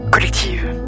Collective